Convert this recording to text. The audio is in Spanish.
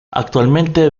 actualmente